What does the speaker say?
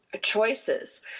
choices